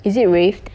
is it waived